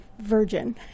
virgin